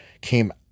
came